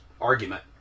argument